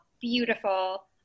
beautiful